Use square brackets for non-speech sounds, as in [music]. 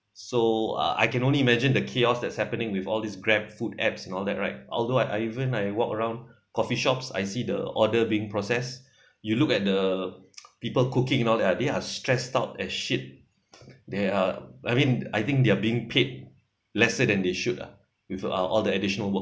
so uh I can only imagine the chaos that's happening with all this grab food apps and all that right although I I even I walk around coffee-shops I see the order being process you look at the [noise] people cooking and all that ah they are stressed out as shit they are I mean I think they are being paid lesser than they should ah with uh all the additional work